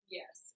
yes